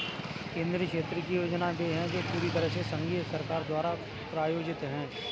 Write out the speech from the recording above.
केंद्रीय क्षेत्र की योजनाएं वे है जो पूरी तरह से संघीय सरकार द्वारा प्रायोजित है